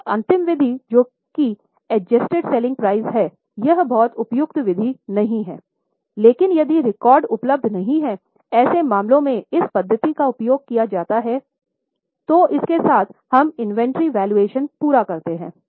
अब अंतिम विधि जो एडजस्टेड सेल्लिंग प्राइस पूरा करते हैं